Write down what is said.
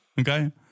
Okay